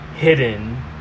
Hidden